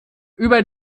über